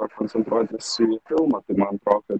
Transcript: koncentruotis į filmą man atrodo kad